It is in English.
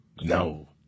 No